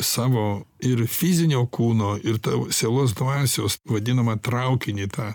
savo ir fizinio kūno ir tav sielos dvasios vadinamą traukinį tą